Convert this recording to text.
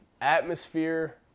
atmosphere